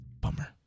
Bummer